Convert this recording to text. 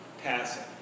passing